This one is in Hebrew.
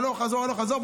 הלוך-חזור הלוך-חזור,